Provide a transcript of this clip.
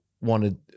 wanted